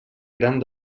grans